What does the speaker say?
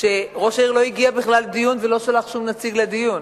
שראש העיר לא הגיע בכלל לדיון ולא שלח שום נציג לדיון.